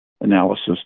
Analysis